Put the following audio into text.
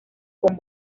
con